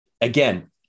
again